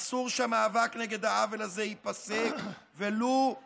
אסור שהמאבק נגד העוול הזה ייפסק ולו לרגע.